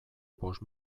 bost